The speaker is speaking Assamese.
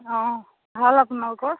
অঁ ভাল আপোনালোকৰ